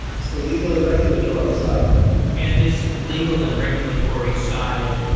it's the legal and regulatory side and this legal and regulatory side,